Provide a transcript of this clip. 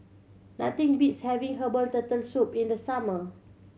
nothing beats having herbal Turtle Soup in the summer